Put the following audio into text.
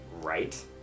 right